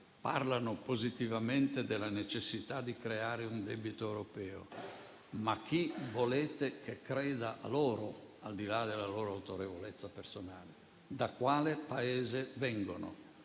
parlano positivamente della necessità di creare un debito europeo, ma chi volete che creda a loro, al di là della loro autorevolezza personale? Da quale Paese vengono?